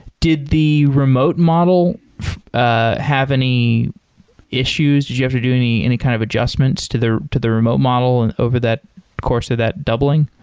did the remote model ah have any issues? did you have to do any any kind of adjustments to the to the remote model and over that course of that doubling?